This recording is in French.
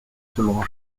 selon